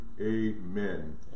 Amen